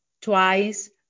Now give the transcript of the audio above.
twice